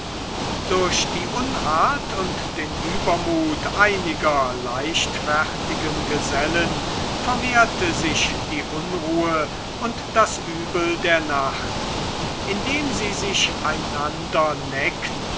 durch die unart und den übermut einiger leichtfertigen gesellen vermehrte sich die unruhe und das übel der nacht indem sie sich einander neckten